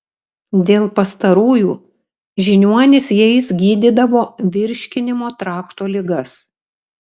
dėl pastarųjų žiniuonys jais gydydavo virškinimo trakto ligas